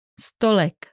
stolek